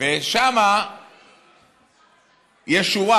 ושם יש שורה,